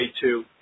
two